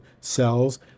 cells